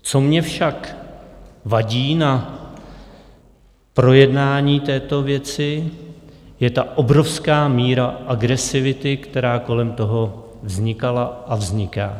Co mně však vadí na projednání této věci, je obrovská míra agresivity, která kolem toho vznikala a vzniká.